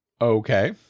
okay